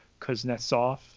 kuznetsov